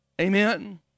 Amen